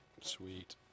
Sweet